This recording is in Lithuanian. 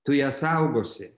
tu ją saugosi